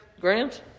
grams